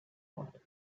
bought